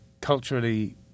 culturally